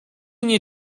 nie